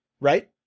right